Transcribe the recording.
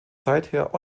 seither